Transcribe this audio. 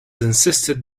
insisted